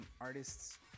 artists